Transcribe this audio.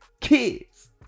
kids